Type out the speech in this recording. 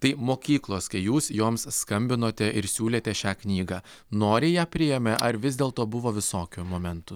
tai mokyklos kai jūs joms skambinote ir siūlėte šią knygą noriai ją priėmė ar vis dėlto buvo visokių momentų